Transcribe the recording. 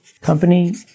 company